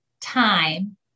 time